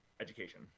education